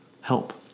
Help